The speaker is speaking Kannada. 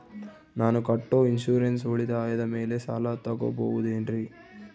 ನಾನು ಕಟ್ಟೊ ಇನ್ಸೂರೆನ್ಸ್ ಉಳಿತಾಯದ ಮೇಲೆ ಸಾಲ ತಗೋಬಹುದೇನ್ರಿ?